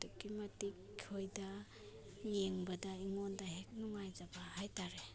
ꯑꯗꯨꯛꯀꯤ ꯃꯇꯤꯛ ꯑꯩꯈꯣꯏꯗ ꯌꯦꯡꯕꯗ ꯑꯩꯉꯣꯟꯗ ꯍꯦꯛ ꯅꯨꯡꯉꯥꯏꯖꯕ ꯍꯥꯏꯇꯔꯦ